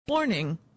Warning